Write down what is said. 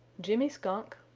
jimmy skunk,